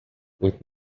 with